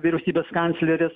vyriausybės kanclerės